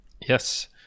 Yes